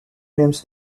names